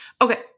Okay